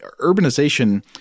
urbanization –